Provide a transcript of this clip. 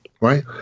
right